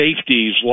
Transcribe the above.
safeties